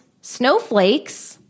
snowflakes